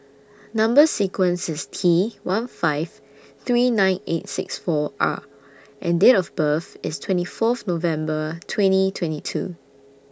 Number sequence IS T one five three nine eight six four R and Date of birth IS twenty Fourth November twenty twenty two